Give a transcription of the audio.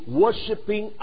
worshipping